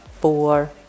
four